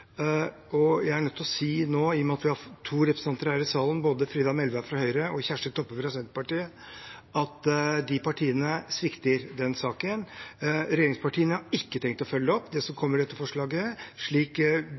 Og jeg er nødt til å si nå, i og med at vi har to representanter fra Høyre og Senterpartiet her i salen, Frida Melvær og Kjersti Toppe, at de partiene svikter i denne saken. Regjeringspartiene har ikke tenkt å følge opp det som kommer i dette forslaget, slik